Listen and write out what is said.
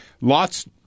Lots